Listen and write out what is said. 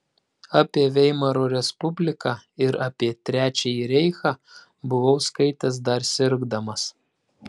apie veimaro respubliką ir apie trečiąjį reichą buvau skaitęs dar sirgdamas